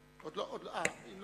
למניינם.